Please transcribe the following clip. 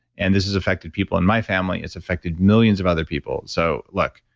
and this has affected people in my family, it's affected millions of other people. so look,